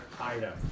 item